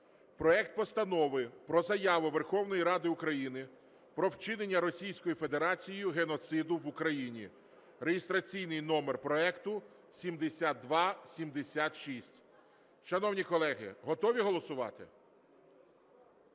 проект Постанови про Заяву Верховної Ради України "Про вчинення Російською Федерацією геноциду в Україні" (реєстраційний номер проекту 7276). Шановні колеги, готові голосувати?